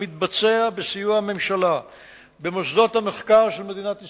שמתבצעים בסיוע הממשלה במוסדות המחקר של מדינת ישראל,